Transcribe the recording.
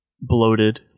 bloated